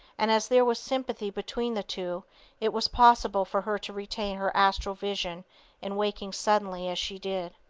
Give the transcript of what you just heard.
and as there was sympathy between the two it was possible for her to retain her astral vision in waking suddenly as she did.